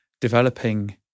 developing